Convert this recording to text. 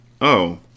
Oh